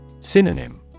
Synonym